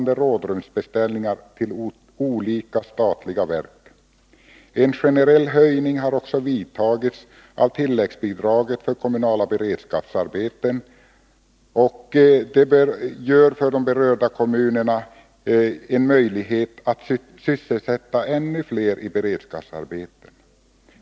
En generell höjning av tilläggsbidraget för kommunala beredskapsarbeten har också givit de berörda kommunerna möjlighet att sysselsätta fler i beredskapsarbeten.